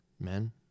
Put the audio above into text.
Men